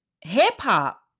Hip-hop